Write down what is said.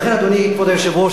אדוני כבוד היושב-ראש,